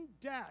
debt